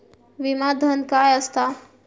विमा धन काय असता?